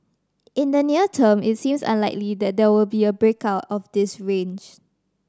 in the near term it seems unlikely that there will be a break out of this range